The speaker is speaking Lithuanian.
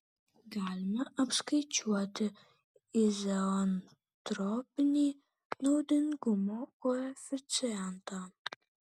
galime apskaičiuoti izoentropinį naudingumo koeficientą